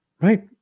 Right